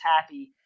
happy